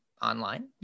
online